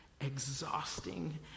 exhausting